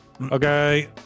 Okay